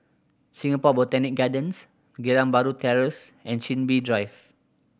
Singapore Botanic Gardens Geylang Bahru Terrace and Chin Bee Drive